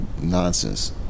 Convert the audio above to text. nonsense